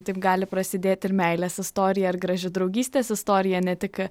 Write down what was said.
taip gali prasidėti ir meilės istorija ar graži draugystės istorija ne tik